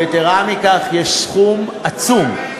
ויתרה מכך יש סכום עצום,